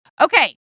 Okay